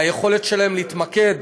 ביכולת שלהם להתמקד